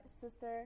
sister